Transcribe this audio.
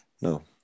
no